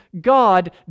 God